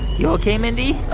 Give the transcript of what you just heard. you ok, mindy?